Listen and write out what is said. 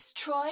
Troy